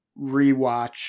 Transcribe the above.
rewatch